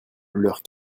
leurs